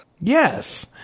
Yes